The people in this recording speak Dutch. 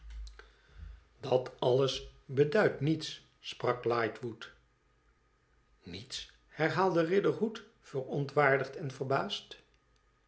dat alles beduidt niets sprak lightwood niets herbaalde riderhood verontwaardigd en verbaasd